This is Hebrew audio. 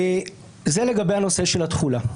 זה לגבי הנושא של התחולה.